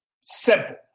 Simple